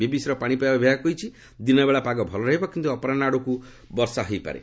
BBC ର ପାଣିପାଗ ବିଭାଗ କହିଛି ଦିନ ବେଳା ପାଗ ଭଲ ରହିବ କିନ୍ତୁ ଅପରାହ୍ୱରେ ବର୍ଷା ହୋଇପାରିବ